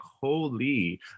holy